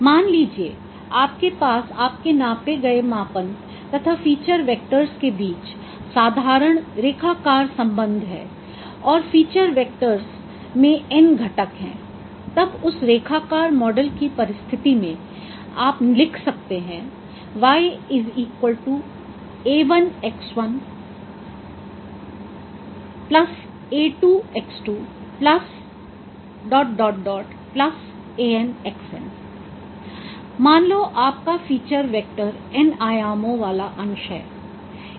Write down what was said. मान लीजिये आपके पास आपके नापे गए मापन तथा फीचर वेक्टर्स के बीच साधारण रेखाकार संबंध हैऔर फीचर वेक्टर्स में n घटक हैं तब उस रेखाकार मॉडल की परिस्थिति में आप लिख सकते है 𝑦 𝑎1𝑥1 𝑎1𝑥1 ⋯ 𝑎𝑛𝑥𝑛 मान लो आपका फीचर वेक्टर n आयामों वाला अंश है